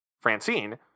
Francine